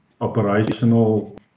operational